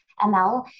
ML